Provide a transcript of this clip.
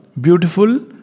beautiful